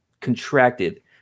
contracted